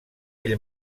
ell